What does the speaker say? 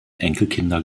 enkelkinder